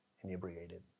inebriated